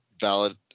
valid